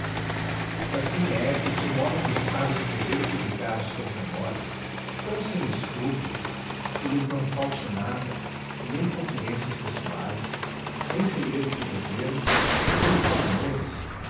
assim é que se um homem de estado escrever e publicar as suas memórias tão sem escrúpulo que lhes não falte nada nem confidências pessoais nem segredos do governo nem até amores